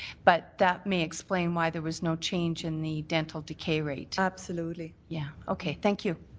but that may explain why there was no change in the dental decay rate. ah absolutely. yeah okay. thank you.